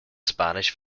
spanish